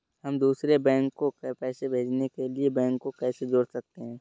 हम दूसरे बैंक को पैसे भेजने के लिए बैंक को कैसे जोड़ सकते हैं?